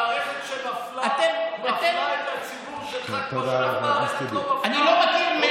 מערכת שמפלה את הציבור שלך כמו שאף מערכת לא מפלה,